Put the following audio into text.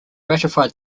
ratified